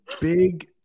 big